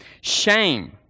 Shame